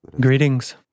Greetings